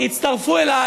הצטרפו אליי.